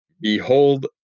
Behold